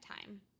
time